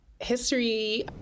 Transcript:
History